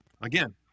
Again